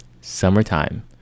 summertime